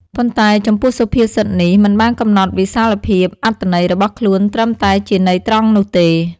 ប៉ុន្តែចំពោះសុភាពសិតនេះ មិនបានកំណត់វិសាលភាពអត្ថន័យរបស់ខ្លួនត្រឹមតែជាន័យត្រង់នោះទេ។